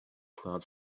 cloud